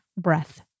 breath